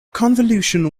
convolutional